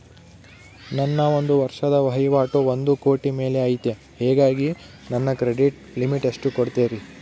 ನನ್ನ ಒಂದು ವರ್ಷದ ವಹಿವಾಟು ಒಂದು ಕೋಟಿ ಮೇಲೆ ಐತೆ ಹೇಗಾಗಿ ನನಗೆ ಕ್ರೆಡಿಟ್ ಲಿಮಿಟ್ ಎಷ್ಟು ಕೊಡ್ತೇರಿ?